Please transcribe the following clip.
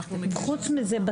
חוץ מזה,